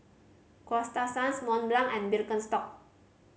Coasta Sands Mont Blanc and Birkenstock